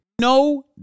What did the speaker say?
no